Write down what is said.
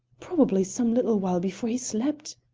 probably some little while before he slept,